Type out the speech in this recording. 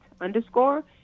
underscore